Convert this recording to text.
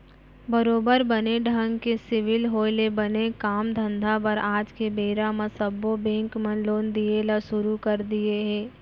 बरोबर बने ढंग के सिविल होय ले बने काम धंधा बर आज के बेरा म सब्बो बेंक मन लोन दिये ल सुरू कर दिये हें